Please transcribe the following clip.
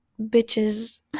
bitches